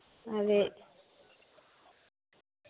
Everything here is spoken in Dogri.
हां ते